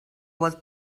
was